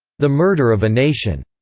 the murder of a nation,